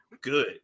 Good